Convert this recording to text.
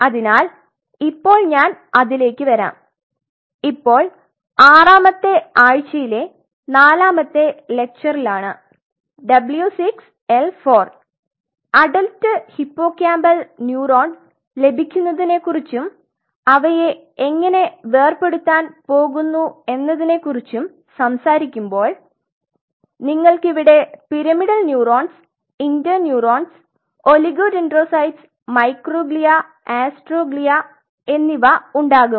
അതിനാൽ ഇപ്പോൾ ഞാൻ അതിലേക്ക് വരാം ഇപ്പോൾ ആറാമത്തെ ആഴ്ചയിലെ നാലാമത്തെ ലെക്ച്ചറിൽ ആണ് W6 L4 adult hippocampal neuron ലഭിക്കുന്നതിനെക്കുറിച്ചും അവയെ എങ്ങനെ വേർപെടുത്താൻ പോകുന്നുവെന്നതിനെക്കുറിച്ചും സംസാരിക്കുമ്പോൾ നിങ്ങൾക്ക് ഇവിടെ pyramidal neurons inter neurons oligodendrocytes microglia astrocytes എന്നിവ ഉണ്ടാകും